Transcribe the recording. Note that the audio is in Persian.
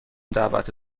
دعوت